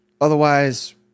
Otherwise